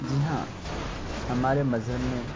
جی ہاں ہمارے مذہب میں